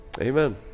amen